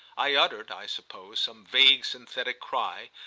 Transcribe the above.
i uttered, i suppose, some vague synthetic cry,